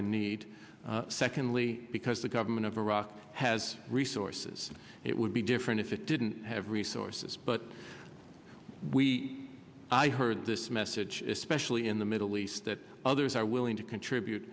in need secondly because the government of iraq has resources it would be different if it didn't have resources but we i heard this message especially in the middle east that others are willing to contribute